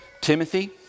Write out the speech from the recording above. Timothy